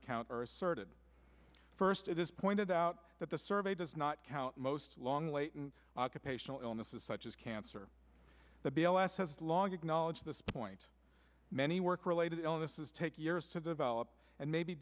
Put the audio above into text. count are asserted first it is pointed out that the survey does not count most long latent occupational illnesses such as cancer the b l s has long acknowledged this point many work related illnesses take years to develop and may be